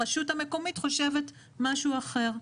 הרשות המקומית חושבת משהו אחר.